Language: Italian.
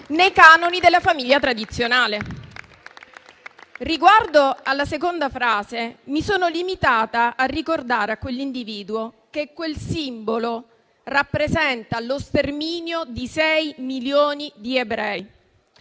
nei canoni della famiglia tradizionale. *(Applausi. Commenti)*. Riguardo alla seconda frase, mi sono limitata a ricordare a quell'individuo che quel simbolo rappresenta lo sterminio di 6 milioni di ebrei.